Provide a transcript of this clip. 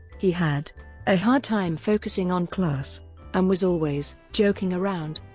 he had a hard time focusing on class and was always joking around.